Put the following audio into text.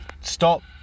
stop